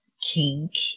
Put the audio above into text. kink